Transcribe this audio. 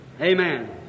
Amen